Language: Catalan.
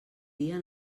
dia